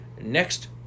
next